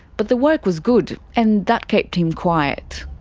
but the work was good, and that kept him quiet.